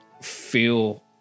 feel